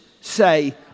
say